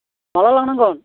माला लांनांगोन